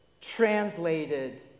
translated